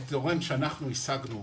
תורם שאנחנו השגנו,